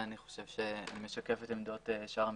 חושב שהיא משקפת עמדות שאר המשרדים,